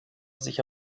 sich